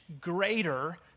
greater